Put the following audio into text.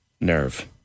nerve